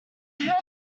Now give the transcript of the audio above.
heard